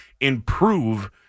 improve